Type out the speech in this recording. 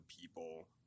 people